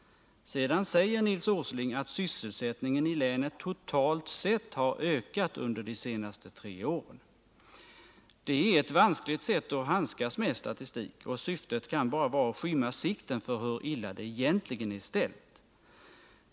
Sedan säger Nils Åsling att sysselsättningen i länet totalt sett har ökat under de senaste tre åren. Det är ett vanskligt sätt att handskas med statistik, och syftet kan bara vara att skymma sikten för hur illa det egentligen är ställt.